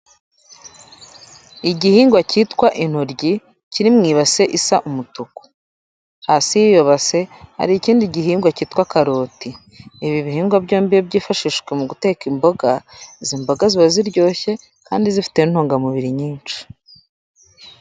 Igihingwa cyitwa intoryi, kiri mu ibase isa umutuku. Hasi y'iyo base, hari ikindi gihingwa cyitwa karoti. Ibi bihingwa byombi iyo byifashishijwe mu guteka imboga, izi mboga ziba ziryoshye kandi zifite intungamubiri nyinshi.